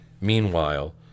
Meanwhile